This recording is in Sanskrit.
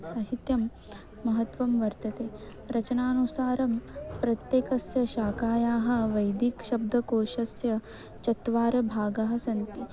साहित्यं महत्त्वं वर्तते रचनानुसारं प्रत्येकस्य शाखायाः वैदिकशब्दकोशस्य चत्वारः भागाः सन्ति